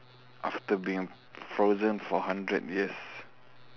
after being frozen for hundred years